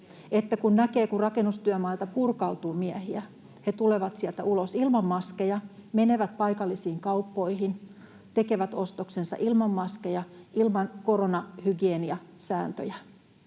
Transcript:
että näkee, kun rakennustyömailta purkautuu miehiä, he tulevat sieltä ulos ilman maskeja, menevät paikallisiin kauppoihin, tekevät ostoksensa ilman maskeja, ilman koronahygieniasääntöjä.